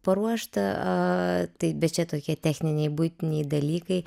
paruošt a taip bet čia tokie techniniai buitiniai dalykai